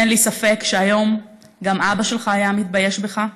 אין לי ספק שהיום גם אבא שלך היה מתבייש בך,